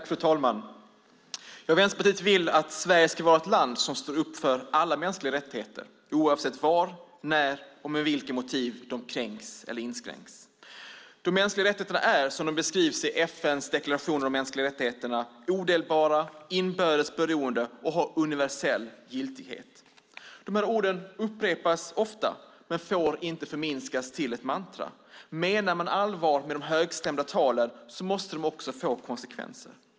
Fru talman! Vänsterpartiet vill att Sverige ska vara ett land som står upp för alla mänskliga rättigheter oavsett var, när och med vilka motiv de kränks och inskränks. De mänskliga rättigheterna är, som det beskriv som i FN:s deklaration om de mänskliga rättigheterna, odelbara och inbördes beroende och har universell giltighet. De här orden upprepas ofta, men får inte förminskas till ett mantra. Menar man allvar med de högstämda talen måste de också få konsekvenser.